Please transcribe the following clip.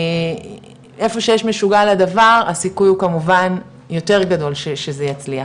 איפה שחש משוגע לדבר הסיכוי הוא כמובן יותר גדול שזה יצליח.